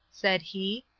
said he,